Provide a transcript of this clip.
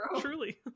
Truly